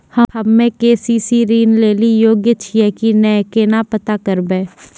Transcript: हम्मे के.सी.सी ऋण लेली योग्य छियै की नैय केना पता करबै?